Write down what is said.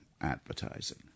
advertising